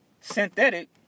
synthetic